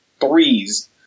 threes